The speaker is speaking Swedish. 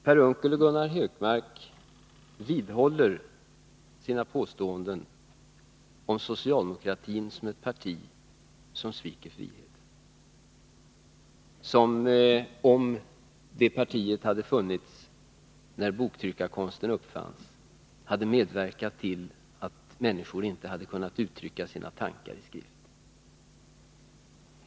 Per Unckel och Gunnar Hökmark vidhåller sina påståenden om socialdemokratin som ett parti som sviker friheten, som om partiet, om det hade funnits när boktryckarkonsten uppfanns, hade medverkat till att människor inte fått uttrycka sina tankar i skrift.